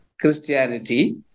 Christianity